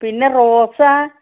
പിന്നെ റോസ